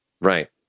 Right